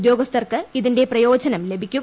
ഉദ്യോഗസ്ഥർക്ക് ഇതിന്റെ പ്രയോജനം ലഭിക്കും